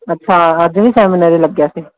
ਅੱਛਾ ਅੱਜ ਵੀ ਸੈਮੀਨਾਰ ਹੀ ਲੱਗਿਆ ਸੀ